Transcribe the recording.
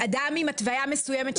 שאדם התוויה מסוימת,